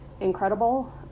incredible